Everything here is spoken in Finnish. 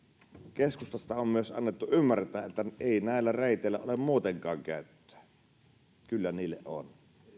keskustasta on myös annettu ymmärtää että ei näille reiteille ole muutenkaan käyttöä kyllä niille on